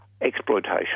exploitation